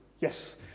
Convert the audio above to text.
Yes